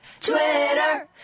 Twitter